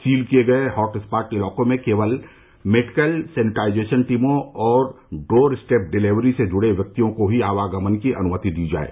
seal किये गये hot spot इलाकों में केवल मेडिकल सैनिटाईजेशन टीमों और डोर स्टेप डिलीवरी से जुड़े व्यक्तियों को ही आवागमन की अनुमति दी जाये